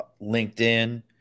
LinkedIn